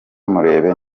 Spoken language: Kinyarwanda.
mureba